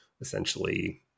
essentially